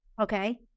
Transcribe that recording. Okay